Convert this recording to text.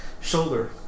shoulder